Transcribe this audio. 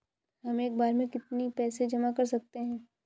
हम एक बार में कितनी पैसे जमा कर सकते हैं?